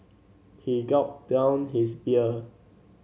he gulped down his beer